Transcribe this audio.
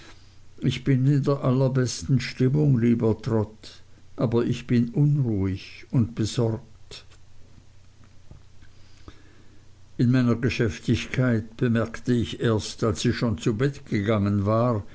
ich bin in der allerbesten stimmung lieber trot aber ich bin unruhig und besorgt in meiner geschäftigkeit bemerkte ich erst als sie schon zu bett gegangen war